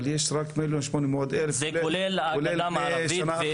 אבל יש רק 1,800,000. זה כולל את הגדה המערבית ואת עזה.